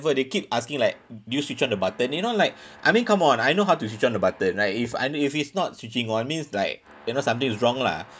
they keep asking like do you switch on the button you know like I mean come on I know how to switch on the button right if I knew if it's not switching on means like you know something is wrong lah